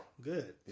Good